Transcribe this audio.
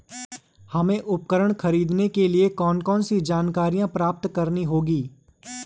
हमें उपकरण खरीदने के लिए कौन कौन सी जानकारियां प्राप्त करनी होगी?